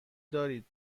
دارید